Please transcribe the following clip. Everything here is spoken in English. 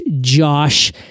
Josh